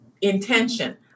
intention